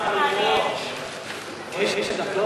כבר יותר מחצי